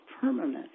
permanent